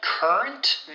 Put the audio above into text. Current